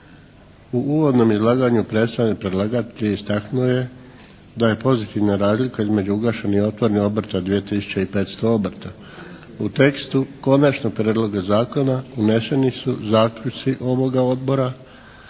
U uvodnom izlaganju predstavnik predlagatelja istaknuo je da je pozitivna razlika između ugašenih i otvorenih obrta 2 tisuće i 500 obrta. U tekstu Konačnog prijedloga zakona uneseni su zaključci ovoga Odbora